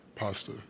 Pasta